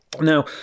Now